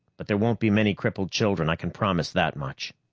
but there won't be many crippled children. i can promise that much!